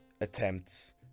attempts